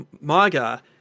Maga